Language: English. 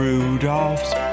Rudolph's